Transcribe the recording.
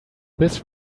this